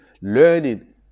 learning